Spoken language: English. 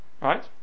right